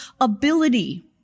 ability